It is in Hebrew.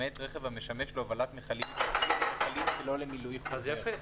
למעט רכב המשמש להובלת מכלים שלא למילוי חוזר".